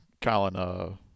Colin